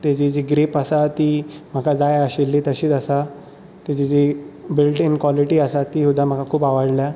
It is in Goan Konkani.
ताची जी ग्रीप आसा ती म्हाका जाय आशिल्ली तशीच आसा ताची जी बिल्ट इन कॉलिटी आसा ती सुद्दां म्हाका खूब आवडल्या